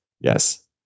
Yes